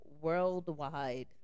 worldwide